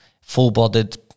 full-bodied